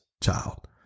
child